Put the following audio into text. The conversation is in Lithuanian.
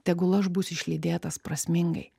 tegul aš būsiu išlydėtas prasmingai